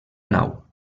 nau